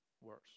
worse